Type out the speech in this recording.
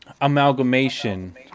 amalgamation